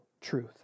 truth